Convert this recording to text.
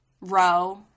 row